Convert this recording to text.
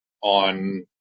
on